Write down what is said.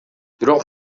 бирок